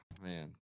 man